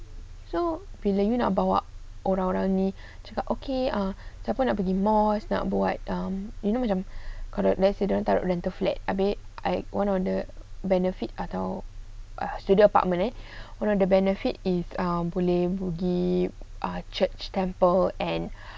so bila you nak bawa orang orang ni cakap okay ah siapa nak pergi mall nak buat you know macam kalau let's say dia orang taruk rental flat like one of the benefit atau studio apartment eh what are the benefit is boleh buat pergi church temple and